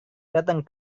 datang